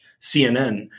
CNN